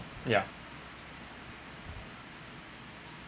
yeah